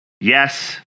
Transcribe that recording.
Yes